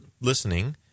listening